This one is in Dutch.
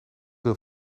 deel